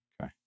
Okay